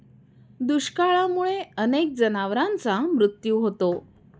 दुष्काळामुळे अनेक जनावरांचा मृत्यू होतो